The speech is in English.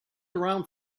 around